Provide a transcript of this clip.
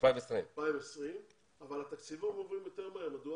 אבל התקציבים עוברים יותר מהר בגלל